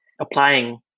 applying